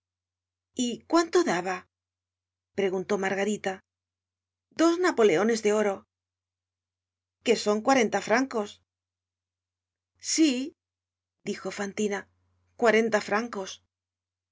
y cuánto daba preguntó margarita dos napoleones de oro que son cuarenta francos content from google book search generated at sf dijo fantina cuarenta francos